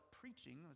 preaching